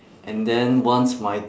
and then once my